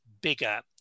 bigger